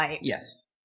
Yes